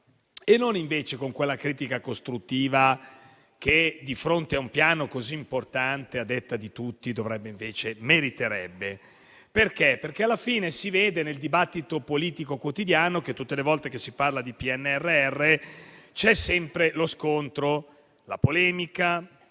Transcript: e non invece con quella critica costruttiva che meriterebbe un Piano così importante (a detta di tutti). Alla fine si vede, nel dibattito politico quotidiano, che tutte le volte che si parla di PNRR ci sono sempre lo scontro e la polemica,